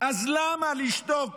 אז למה לשתוק